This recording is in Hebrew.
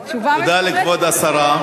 תודה לכבוד השרה.